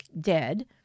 dead